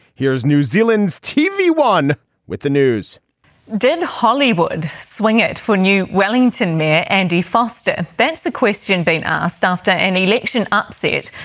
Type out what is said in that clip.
new zealand's tv one with the news did hollywood swing it for new wellington mayor andy foster. that's a question being asked after an election upset.